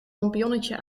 lampionnetje